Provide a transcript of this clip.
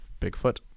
Bigfoot